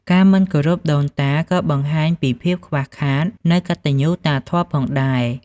ការមិនគោរពដូនតាក៏បង្ហាញពីភាពខ្វះខាតនូវកតញ្ញូតាធម៌ផងដែរ។